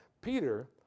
Peter